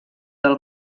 del